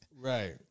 right